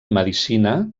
medicina